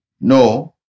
No